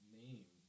name